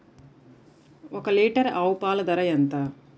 ఒక్క లీటర్ ఆవు పాల ధర ఎంత?